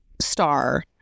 star